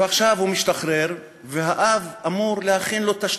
ועכשיו הוא משתחרר והאב אמור להכין לו תשתית,